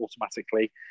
automatically